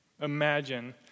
imagine